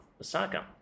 Osaka